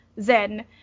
Zen